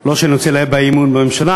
לא שאני רוצה להביע אי-אמון בממשלה,